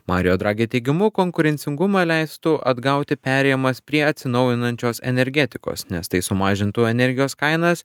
mario dragi teigimu konkurencingumą leistų atgauti perėjimas prie atsinaujinančios energetikos nes tai sumažintų energijos kainas